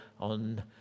on